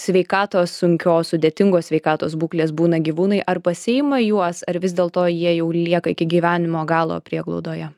sveikatos sunkios sudėtingos sveikatos būklės būna gyvūnai ar pasiima juos ar vis dėlto jie jau lieka iki gyvenimo galo prieglaudoje